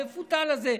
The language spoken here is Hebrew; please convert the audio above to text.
המפותל הזה,